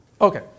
Okay